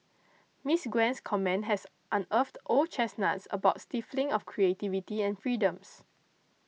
Miss Gwen's comment has unearthed old chestnuts about the stifling of creativity and freedoms